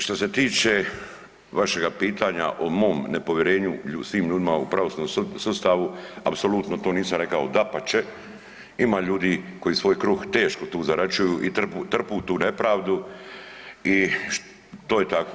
Što se tiče vašega pitanja o mom nepovjerenju s tim ljudima u pravosudnom sustavu apsolutno to nisam rekao, dapače ima ljudi koji svoj kruh teško tu zarađuju i trpu, trpu tu nepravdu i to je tako.